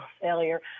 failure